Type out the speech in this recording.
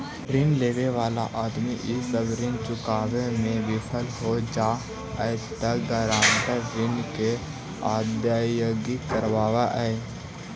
ऋण लेवे वाला आदमी इ सब ऋण चुकावे में विफल हो जा हई त गारंटर ऋण के अदायगी करवावऽ हई